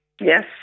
Yes